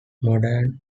morden